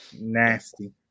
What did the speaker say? nasty